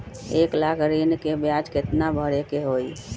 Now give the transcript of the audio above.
एक लाख ऋन के ब्याज केतना भरे के होई?